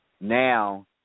Now